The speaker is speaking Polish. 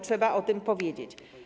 Trzeba o tym powiedzieć.